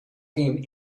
game